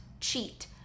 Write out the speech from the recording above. cheat